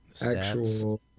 actual